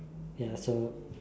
ya so